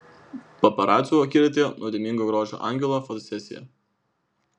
paparacių akiratyje nuodėmingo grožio angelo fotosesija